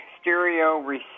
stereo